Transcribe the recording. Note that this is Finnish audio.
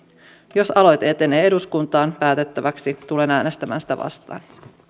jos aloite etenee eduskuntaan päätettäväksi tulen äänestämään sitä vastaan